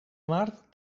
mart